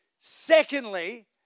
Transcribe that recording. Secondly